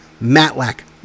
Matlack